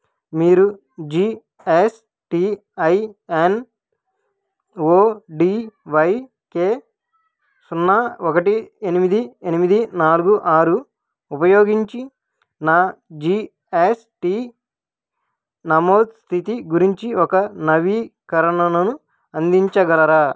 మీరు G S T I N O D Y K సున్నా ఒకటి ఎనిమిది ఎనిమిది నాలుగు ఆరు ఉపయోగించి నా జీ ఎస్ టీ నమోదు స్థితి గురించి ఒక నవీకరణను అందించగలరా